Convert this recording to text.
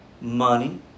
money